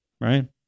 Right